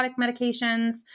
medications